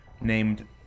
named